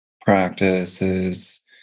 practices